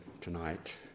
tonight